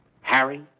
Harry